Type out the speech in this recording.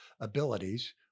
abilities